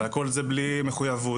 והכול זה בלי מחויבות.